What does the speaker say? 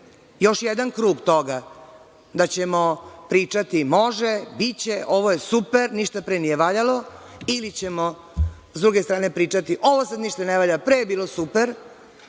Još jedan krug toga da ćemo pričati – može, biće, ovo je super, ništa pre nije valjalo, ili ćemo sa druge strane pričati – ovo sad ništa ne valja, pre je bilo super,